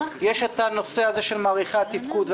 יש את הנושא של מעריכי התפקוד.